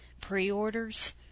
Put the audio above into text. pre-orders